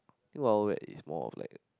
Wild-Wild-Wet is more of like